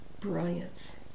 brilliance